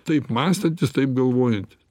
taip mąstantis taip galvojantis